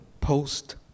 post